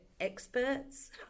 experts